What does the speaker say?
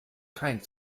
kein